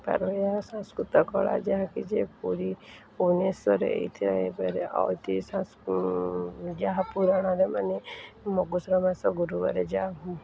ତା'ପରେ ଏହା ସଂସ୍କୃତ କଳା ଯାହାକି ଯେ ପୁରୀ ଭୁବନେଶ୍ୱର ଏଇଥିପାଇଁ ହେଇପାରେ ଅତି ସଂସ ଯାହା ପୁରାଣରେ ମାନେ ମଗୁଶୁର ମାସ ଗୁରୁବାରରେ ଯାହା